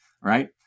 Right